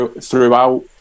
throughout